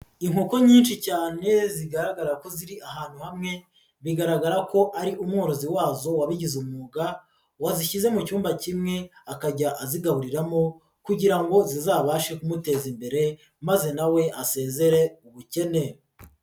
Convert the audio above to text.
Inkoko nyinshi cyane ziri ahantu hamwe, bigaragara ko ari umworozi wazo wabigize umwuga wazishyize mu cyumba kimwe akajya azigaburiramo, kugira ngo zizabashe kumuteza imbere maze na asezere ubukene.